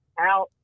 out